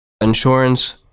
insurance